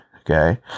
Okay